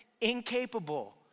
incapable